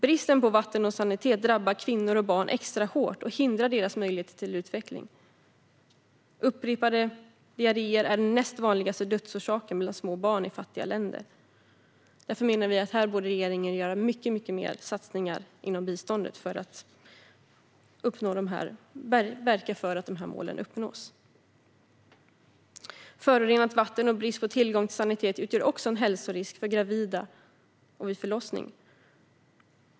Brist på vatten och sanitet drabbar kvinnor och barn extra hårt och hindrar deras möjligheter till utveckling. Upprepade diarréer är den näst vanligaste dödsorsaken bland små barn i fattiga länder. Därför menar vi att regeringen borde göra mycket mer när det gäller satsningar inom biståndet för att verka för att de här målen uppnås. Förorenat vatten och brist på tillgång till sanitet utgör också en hälsorisk för gravida och vid förlossning.